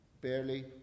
barely